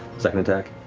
second attack?